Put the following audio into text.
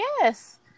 yes